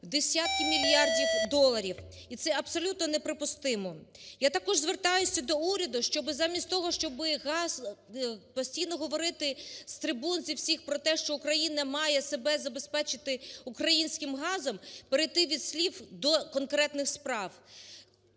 десятки мільярдів доларів. І це абсолютно неприпустимо. Я також звертаюся до уряду, щоби замість того, щоби постійно говорити з трибун зі всіх про те, що Україна має себе забезпечити українським газом, перейти від слів до конкретних справ.